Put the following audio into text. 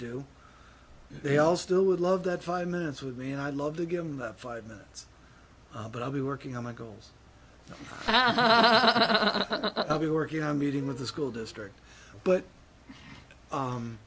do they all still would love that five minutes with me and i'd love to give them the five minutes but i'll be working on my goals i'm working on meeting with the school district but